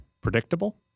predictable